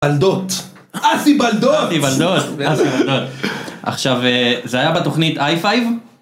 בלדות. אסי בלדות! אסי בלדות, אסי בלדות. עכשיו, זה היה בתוכנית הי פייב?